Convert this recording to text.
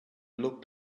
looked